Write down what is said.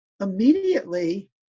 immediately